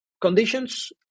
conditions